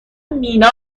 مینا